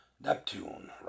Neptune